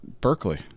Berkeley